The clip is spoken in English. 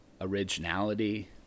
originality